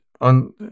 on